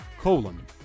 colon